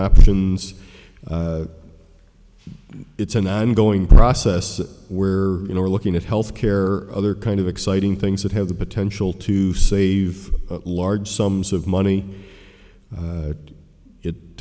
options it's an ongoing process where you know we're looking at health care other kind of exciting things that have the potential to save large sums of money